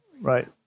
right